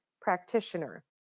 practitioner